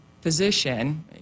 physician